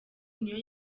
niyo